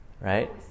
right